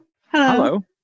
Hello